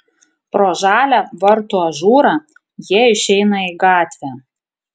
pro žalią vartų ažūrą jie išeina į gatvę